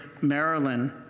Maryland